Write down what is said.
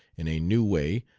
in a new way,